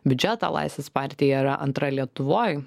biudžetą laisvės partija yra antra lietuvoj